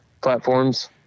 platforms